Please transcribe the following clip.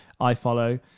iFollow